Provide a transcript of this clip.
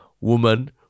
woman